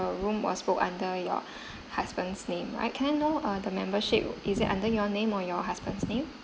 the room was booked under your husband's name right can I know uh the membership is it under your name or your husband's name